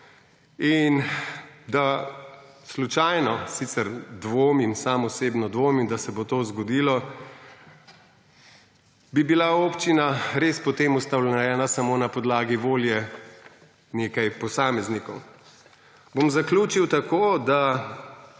in da slučajno – sicer sam osebno dvomim, da se bo to zgodilo – bi bila občina res potem ustanovljena samo na podlagi volje nekaj posameznikov. Bom zaključil tako, da